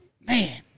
man